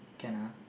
can ah